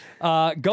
Go